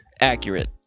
accurate